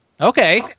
okay